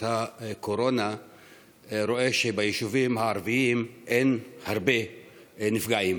קורונה רואה שביישובים הערביים אין הרבה נפגעים,